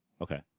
Okay